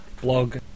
blog